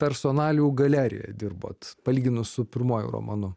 personalijų galerija dirbot palyginus su pirmuoju romanu